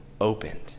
opened